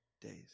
days